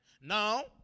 Now